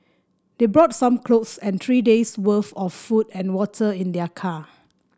they brought some clothes and three day's worth of food and water in their car